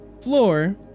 floor